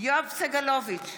יואב סגלוביץ'